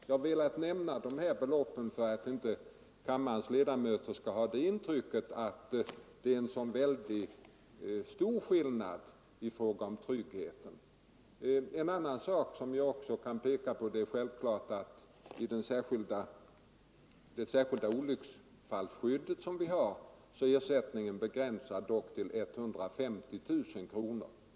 — Jag har velat nämna de här beloppen för att kammarens ledamöter inte skall få intrycket att det är en väldig skillnad dem emellan i fråga om trygghet. En annan sak som jag också kan peka på är att med det särskilda olycksfallsskydd som vi har ersättningen självfallet är begränsad men dock utgår med upp till 150 000 kronor.